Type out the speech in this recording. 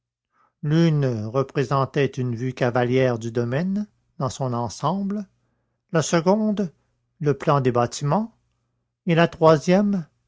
l'une représentait une vue cavalière du domaine dans son ensemble la seconde le plan des bâtiments et la